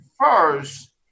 first